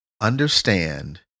Understand